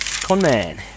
Conman